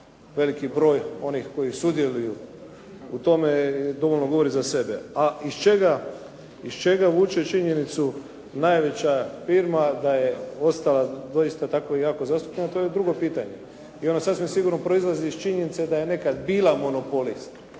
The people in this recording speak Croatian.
velik broj onih koji sudjeluju u tome dovoljno govori za se. A iz čega vuče činjenicu najveća firma da je ostala doista tako jako zastupljena, to je drugo pitanje. I ono sasvim sigurno proizlazi iz činjenice da je nekada bila monopolist